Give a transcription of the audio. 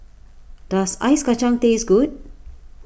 does Ice Kachang taste good